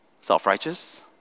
Self-righteous